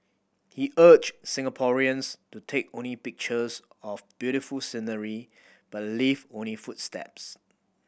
he urged Singaporeans to take only pictures of beautiful scenery but leave only footsteps